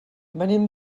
venim